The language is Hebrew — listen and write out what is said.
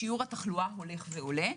שיעור התחלואה הולך ועולה,